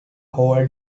holder